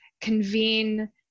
convene